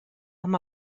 amb